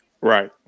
Right